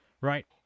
right